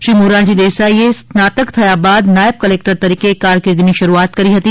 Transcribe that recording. શ્રી મોરારજી દેસાઇએ સ્નાતક થયા બાદ નાયબ કલેક્ટર તરીકે કારકિર્દીની શરૂઆત કરી હતી